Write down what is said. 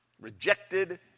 rejected